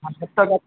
हाँ तब तक आप